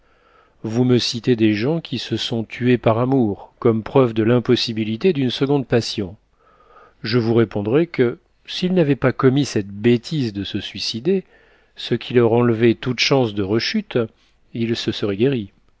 vous me citez des gens qui se sont tués par amour comme preuve de l'impossibilité d'une seconde passion je vous répondrai que s'ils n'avaient pas commis cette bêtise de se suicider ce qui leur enlevait toute chance de rechute ils se seraient guéris